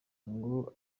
ngo